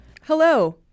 hello